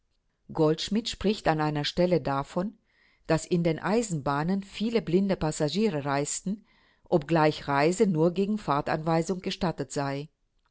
goldschmidt spricht an einer stelle davon daß in den eisenbahnen viele blinde passagiere reisten obgleich reise nur gegen fahrtanweisung gestattet sei